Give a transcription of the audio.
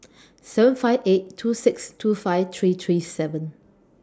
seven five eight two six two five three three seven